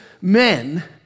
men